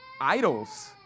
idols